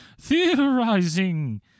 Theorizing